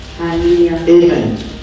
Amen